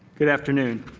good afternoon.